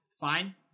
fine